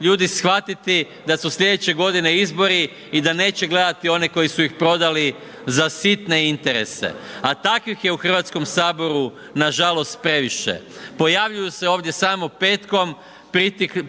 ljudi shvatiti da su slijedeće godine izbori i da neće gledati one koji su ih prodali za sitne interese, a takvih je u Hrvatskom saboru nažalost previše. Pojavljuju se ovdje samo petkom,